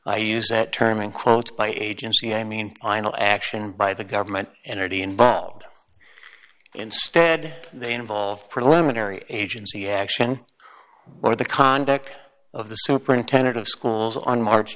i use that term in quotes by agency i mean i nal action by the government energy involved instead they involve preliminary agency action or the conduct of the superintendent of schools on march